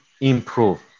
improve